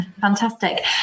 fantastic